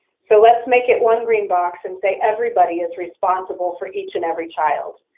so, let's make it one green box and say everybody is responsible for each and every child.